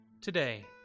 Today